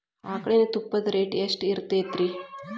ಆಕಳಿನ ತುಪ್ಪದ ರೇಟ್ ಎಷ್ಟು ಇರತೇತಿ ರಿ?